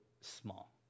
small